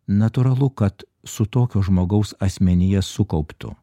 natūralu kad su tokio žmogaus asmenyje sukauptu